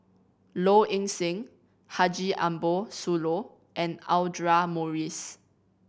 Low Ing Sing Haji Ambo Sooloh and Audra Morrice